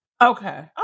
okay